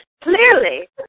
Clearly